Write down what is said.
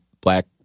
black